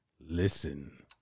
listen